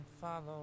follow